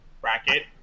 bracket